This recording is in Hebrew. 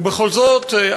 ובכל זאת,